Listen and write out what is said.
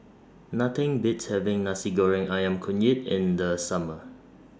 Nothing Beats having Nasi Goreng Ayam Kunyit in The Summer